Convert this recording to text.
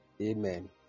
Amen